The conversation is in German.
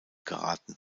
geraten